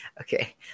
Okay